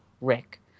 Rick